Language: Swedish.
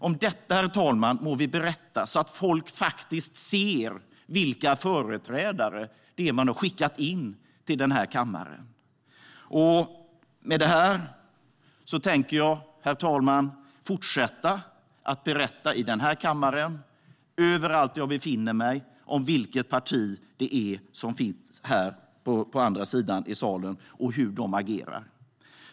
Om detta må vi berätta så att folk faktiskt ser vilka företrädare det är man har skickat till den här kammaren. Jag tänker, herr talman, fortsätta att berätta i den här kammaren och överallt där jag befinner mig om vilket parti som finns här på andra sidan salen och hur de agerar.